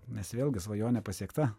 nes vėlgi svajonė pasiekta